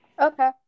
Okay